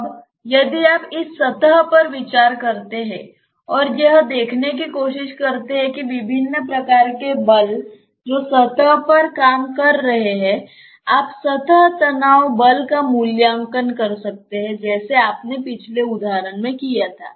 अब यदि आप इस सतह पर विचार करते हैं और यह देखने की कोशिश करते हैं कि विभिन्न प्रकार के बल जो सतह पर काम कर रहे हैं आप सतह तनाव बल का मूल्यांकन कर सकते हैं जैसे आपने पिछले उदाहरण में किया था